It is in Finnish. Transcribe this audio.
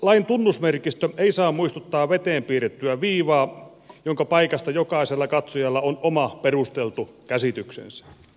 lain tunnusmerkistö ei saa muistuttaa veteen piirrettyä viivaa jonka paikasta jokaisella katsojalla on oma perusteltu käsityksensä